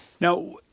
now